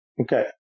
Okay